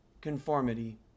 conformity